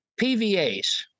PVAs